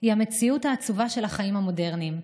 היא המציאות העצובה של החיים המודרניים,